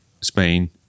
Spain